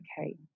okay